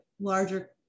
larger